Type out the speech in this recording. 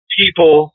people